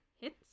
hits